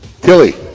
Tilly